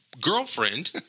girlfriend